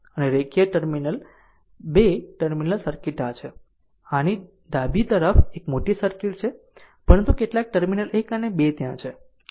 અને રેખીય 2 terminal circuit આ છે આ આની ડાબી તરફ એક મોટી સર્કિટ છે પરંતુ કેટલાક ટર્મિનલ 1 અને 2 ત્યાં છે